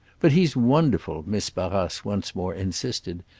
but he's wonderful, miss barrace once more insisted.